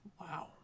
Wow